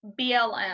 blm